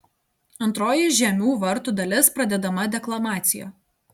antroji žiemių vartų dalis pradedama deklamacija